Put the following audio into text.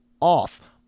off